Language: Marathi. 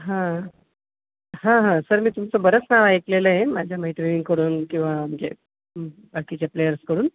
हां हां हां सर मी तुमचं बरंच नाव ऐकलेलं आहे माझ्या मैत्रिणीकडून किंवा म्हणजे बाकीच्या प्लेयर्सकडून